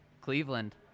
Cleveland